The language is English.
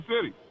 City